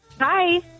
Hi